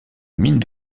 mine